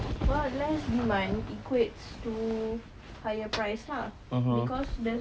well less demand equates to higher price lah because there's